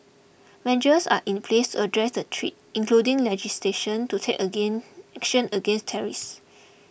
measures are in place address the threat including legislation to take again action against terrorists